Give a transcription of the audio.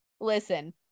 listen